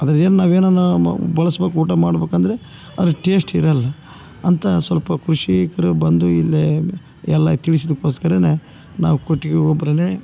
ಅದ್ರದೇನು ನಾವು ಏನನ ಮಾ ಬಳಸ್ಬೇಕ್ ಊಟ ಮಾಡಬೇಕಂದ್ರೆ ಅದ್ರದು ಟೇಸ್ಟಿ ಇರೋಲ್ಲ ಅಂತ ಸ್ವಲ್ಪ ಕೃಷಿಕ್ರ್ ಬಂದು ಇಲ್ಲೇ ಎಲ್ಲ ತಿಳ್ಸಿದ್ಕೋಸ್ಕರನೇ ನಾವು ಕೊಟ್ಟಿಗೆ ಗೊಬ್ರನೇ